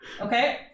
okay